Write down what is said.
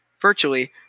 Virtually